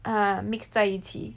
ah mixed 在一起